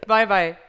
Bye-bye